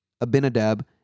Abinadab